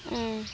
ও